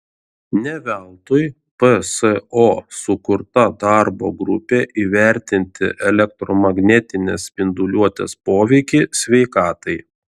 ne veltui pso sukurta darbo grupė įvertinti elektromagnetinės spinduliuotės poveikį sveikatai